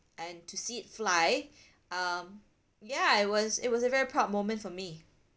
and to see it fly um ya it was it was a very proud moment for me